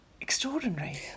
extraordinary